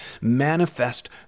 manifest